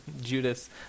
Judas